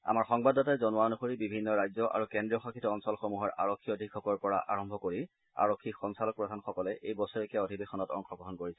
আমাৰ সংবাদদাতাই জনোৱা অনুসৰি বিভিন্ন ৰাজ্য আৰু কেন্দ্ৰীয়শাসিত অঞ্চলসমূহৰ আৰক্ষী অধীক্ষকৰ পৰা আৰম্ভ কৰি আৰক্ষী সঞ্চালকপ্ৰধানসকলে এই বছৰেকীয়া অধিৱেশনত অংশগ্ৰহণ কৰিছে